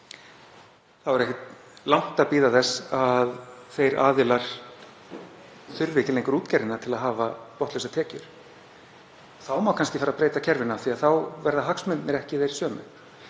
áfram er ekki langt að bíða þess að þeir aðilar þurfi ekki lengur útgerðina til að hafa botnlausar tekjur. Þá má kannski fara að breyta kerfinu af því að þá verða hagsmunirnir ekki þeir sömu.